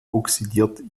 oxidiert